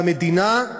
והמדינה,